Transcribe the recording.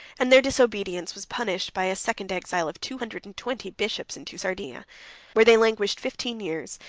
and their disobedience was punished by a second exile of two hundred and twenty bishops into sardinia where they languished fifteen years,